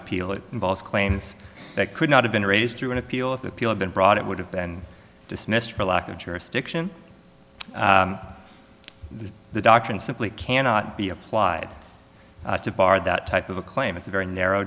appeal it involves claims that could not have been raised through an appeal of the appeal been brought it would have been dismissed for lack of jurisdiction as the doctrine simply cannot be applied to bar that type of a claim it's a very narrow